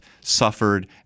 suffered